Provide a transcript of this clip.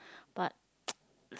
but